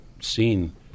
seen